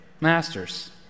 Masters